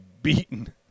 beaten